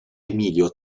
emilio